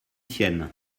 tienne